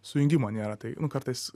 sujungimo nėra tai nu kartais